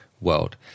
world